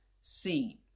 seen